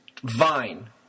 Vine